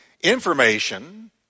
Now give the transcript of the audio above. Information